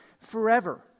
forever